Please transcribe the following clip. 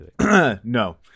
no